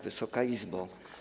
Wysoka Izbo!